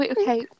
Okay